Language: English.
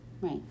right